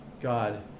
God